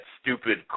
stupid